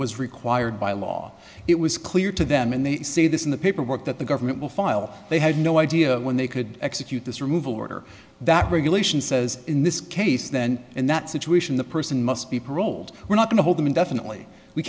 was required by law it was clear to them and they say this in the paperwork that the government will file they had no idea when they could execute this removal order that regulation says in this case then in that situation the person must be paroled we're not going to hold them indefinitely we